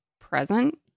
present